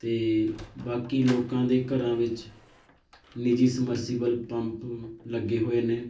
ਅਤੇ ਬਾਕੀ ਲੋਕਾਂ ਦੇ ਘਰਾਂ ਵਿੱਚ ਨਿੱਜੀ ਸਮਰਸੀਬਲ ਪੰਪ ਲੱਗੇ ਹੋਏ ਨੇ